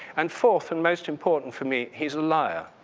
and fourth, and most important for me, he's a liar.